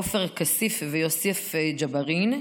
עופר כסיף ויוסף ג'בארין,